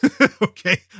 okay